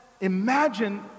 imagine